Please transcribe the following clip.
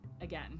again